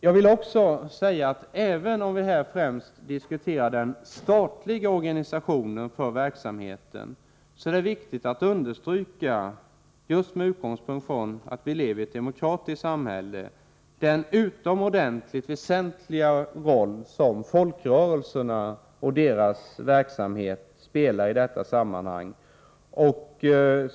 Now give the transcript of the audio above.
Jag vill också säga att även om vi här främst diskuterar den statliga organisationen för verksamheten, är det viktigt att understryka — just med tanke på att vi lever i ett demokratiskt samhälle — den utomordentligt väsentliga roll som folkrörelserna och deras verksamhet spelar i detta sammanhang.